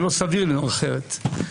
שלא סביר לנהוג אחרת.